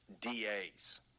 DAs